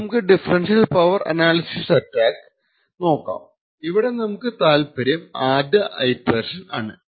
ഇപ്പോൾ നമുക്ക് differential power analysis attack നോക്കാം ഇവിടെ നമുക്ക് താല്പര്യം ആദ്യത്തെ ഇറ്ററേഷൻ ആണ്